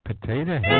Potato